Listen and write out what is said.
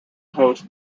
host